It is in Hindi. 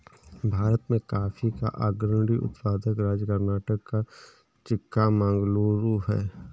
भारत में कॉफी का अग्रणी उत्पादक राज्य कर्नाटक का चिक्कामगलूरू है